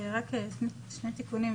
רק שני תיקונים.